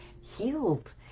healed